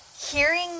hearing